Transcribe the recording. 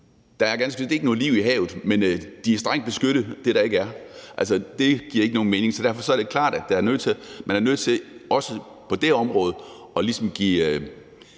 der er ganske vist ikke noget liv i havet, men det, der ikke er, er strengt beskyttet. Det giver ikke nogen mening. Derfor er det klart, at man er nødt til også på det område ligesom at give